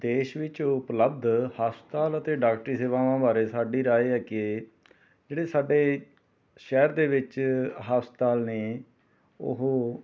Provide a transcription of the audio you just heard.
ਦੇਸ਼ ਵਿੱਚ ਉਪਲਬਧ ਹਸਪਤਾਲ ਅਤੇ ਡਾਕਟਰੀ ਸੇਵਾਵਾਂ ਬਾਰੇ ਸਾਡੀ ਰਾਏ ਹੈ ਕਿ ਜਿਹੜੇ ਸਾਡੇ ਸ਼ਹਿਰ ਦੇ ਵਿੱਚ ਹਸਪਤਾਲ ਨੇ ਉਹ